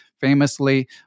famously